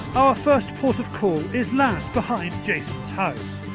our first port of call is land behind jason's house.